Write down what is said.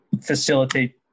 facilitate